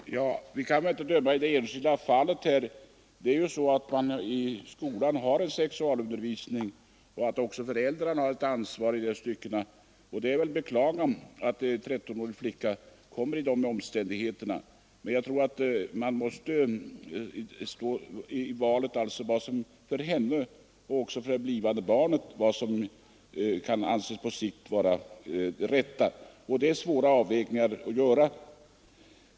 Fru talman! Vi kan väl inte här döma i det enskilda fallet. Det ges ju sexualundervisning i skolan, och även föräldrarna har ett ansvar i det stycket. Det är naturligtvis att beklaga att en trettonårig flicka blir gravid, och det gäller ju att välja vad som för henne och även för det väntade barnet kan anses på sikt vara det rätta, och det är svåra avvägningar att göra.